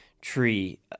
tree